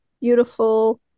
beautiful